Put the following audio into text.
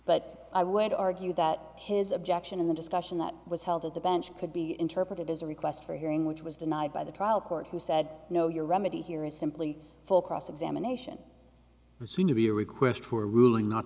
but i would argue that his objection in the discussion that was held at the bench could be interpreted as a request for hearing which was denied by the trial court who said no your remedy here is simply for cross examination you seem to be a request for a ruling not